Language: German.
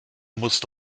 musst